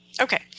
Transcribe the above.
Okay